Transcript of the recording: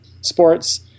sports